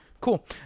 Cool